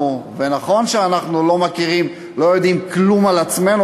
ונכון שאנחנו לא יודעים כלום על עצמנו,